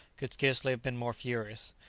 could scarcely have been more furious,